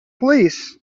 police